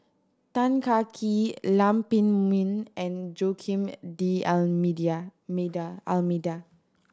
Tan Kah Kee Lam Pin Min and Joaquim D Almeida